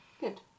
Good